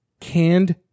Canned